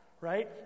Right